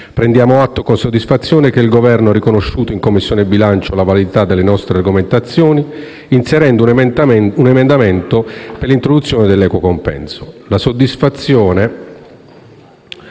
Prendiamo atto con soddisfazione che il Governo ha riconosciuto in Commissione bilancio la validità delle nostre argomentazioni, inserendo un emendamento per l'introduzione dell'equo compenso,